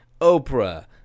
Oprah